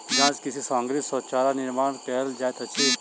काँच कृषि सामग्री सॅ चारा निर्माण कयल जाइत अछि